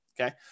okay